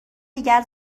دیگر